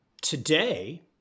Today